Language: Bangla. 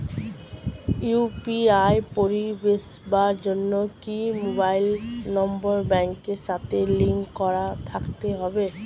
ইউ.পি.আই পরিষেবার জন্য কি মোবাইল নাম্বার ব্যাংকের সাথে লিংক করা থাকতে হবে?